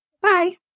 Bye